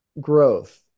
growth